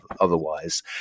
otherwise